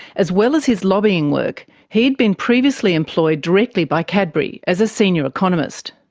as well as his lobbying work, he had been previously employed directly by cadbury as a senior economist.